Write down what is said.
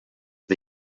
the